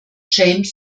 james